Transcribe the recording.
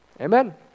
amen